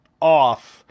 off